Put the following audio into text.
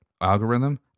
algorithm